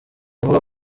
avuga